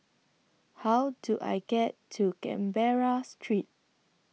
How Do I get to Canberra Street